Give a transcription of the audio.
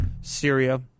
Syria